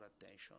attention